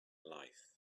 life